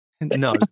No